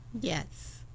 yes